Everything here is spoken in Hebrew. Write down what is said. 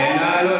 סיימת?